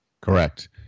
Correct